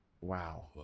wow